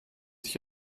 sich